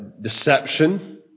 deception